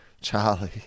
Charlie